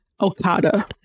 Okada